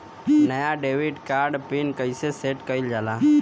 नया debit card क PIN कईसे सेट कईल जाला?